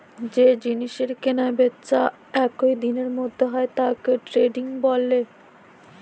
যে জিনিসের কেনা বেচা একই দিনের মধ্যে হয় তাকে দে ট্রেডিং বলে